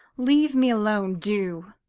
leave me alone, do!